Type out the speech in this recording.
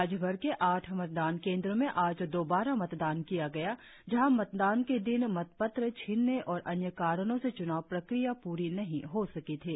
राज्यभर के आठ मतदान केंद्रो में आज दौबारा मतदान किया गया जहाँ मतदान के दिन मतपत्र छीनने और अन्य कारणों से च्नाव प्रक्रिया प्री नही हो सकी थी